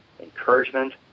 encouragement